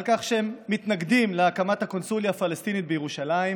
על כך שהם מתנגדים להקמת הקונסוליה הפלסטינית בירושלים,